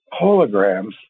holograms